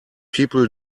people